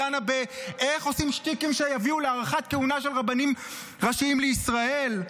דנה באיך עושים שטיקים שיביאו להארכת כהונה של רבנים ראשיים לישראל?